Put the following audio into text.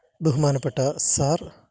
ബഹുമാനപ്പെട്ട സാർ